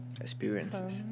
experiences